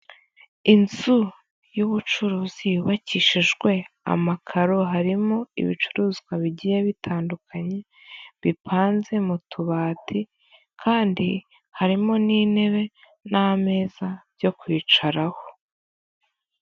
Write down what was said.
Inzu y'ubucuruzi yubakishijwe amakaro harimo ibicuruzwa bigiye bitandukanye, bipanze mu tubati kandi harimo n'intebe n'ameza byo kwicaraho.